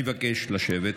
נעבור להצבעה.